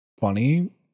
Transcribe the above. funny